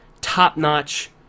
Top-notch